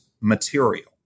material